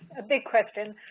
a big question.